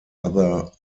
other